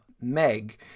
Meg